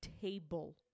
table